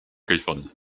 californie